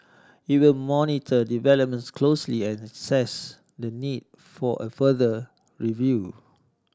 it will monitor developments closely and assess the need for a further review